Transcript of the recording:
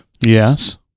Yes